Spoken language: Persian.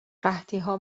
قحطیها